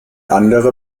andere